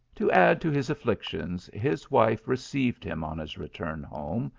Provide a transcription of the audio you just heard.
to add to his afflictions his wife received him, on his return home,